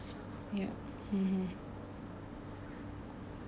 yup mmhmm